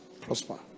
prosper